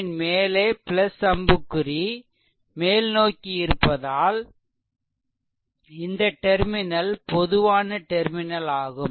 VThevenin மேலே அம்புக்குறி மேல்நோக்கி இருப்பதால் இந்த டெர்மினல் பொதுவான டெர்மினல் ஆகும்